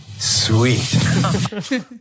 Sweet